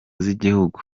z’igihugu